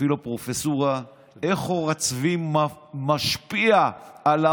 באופן בסיסי זה דבר לא